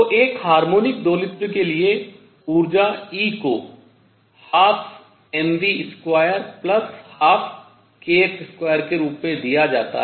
तो एक हार्मोनिक दोलित्र के लिए ऊर्जा E को 12 mv212kx2 के रूप में दिया जाता है